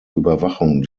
überwachung